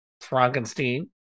Frankenstein